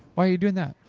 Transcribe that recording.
why you doing that?